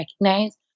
recognize